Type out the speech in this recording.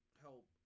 help